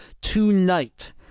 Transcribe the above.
tonight